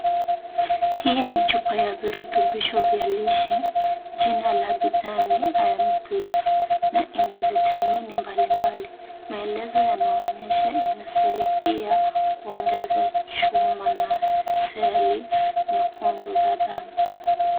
Hii ni chupa ya virutubisho vya lishe jina la bidhaa ni IRON PLUS na ina vitamini mbalimbali, maelezo yanaonyesha inasaidia kuongeza chuma na seli nyekundu za damu.